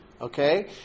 Okay